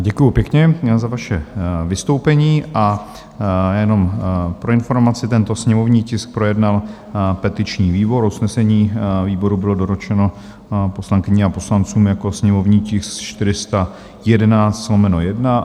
Děkuji pěkně za vaše vystoupení, a jenom pro informaci, tento sněmovní tisk projednal petiční výbor, usnesení výboru bylo doručeno poslankyním a poslancům jako sněmovní tisk 411/1.